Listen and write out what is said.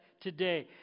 today